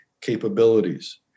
capabilities